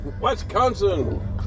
Wisconsin